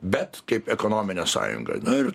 bet kaip ekonominę sąjungą na ir